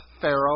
Pharaoh